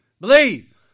believe